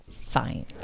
Fine